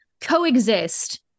coexist